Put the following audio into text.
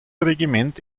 regiment